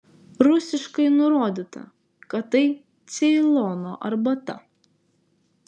rusiškai nurodyta kad tai ceilono arbata